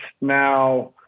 now